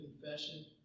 confession